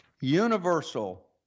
Universal